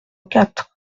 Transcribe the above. quatre